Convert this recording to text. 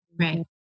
Right